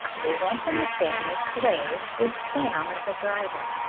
they went in the family sleigh, with sam as a driver.